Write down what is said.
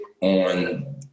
on